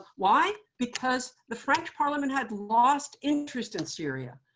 why? because the french parliament had lost interest in syria.